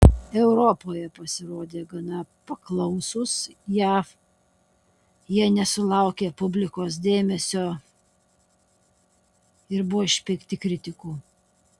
europoje pasirodė gana paklausūs jav jie nesulaukė publikos dėmesio ir buvo išpeikti kritikų